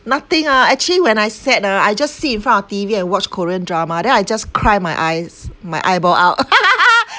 nothing ah actually when I sad ah I just sit in front of T_V and watch korean drama then I just cry my eyes my eyeball out